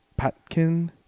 Patkin